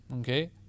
okay